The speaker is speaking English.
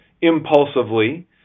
impulsively